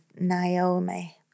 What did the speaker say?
Naomi